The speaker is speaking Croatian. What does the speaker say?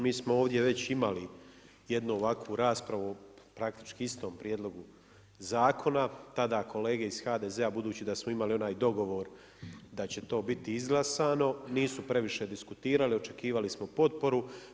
Mi smo ovdje već imali jednu ovakvu raspravu praktički o istom prijedlogu zakona, tada kolege iz HDZ-a budući da smo imali onaj dogovor da će to biti izglasano, nisu previše diskutirali, očekivali smo potporu.